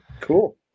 Cool